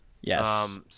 Yes